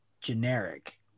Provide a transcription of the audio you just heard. generic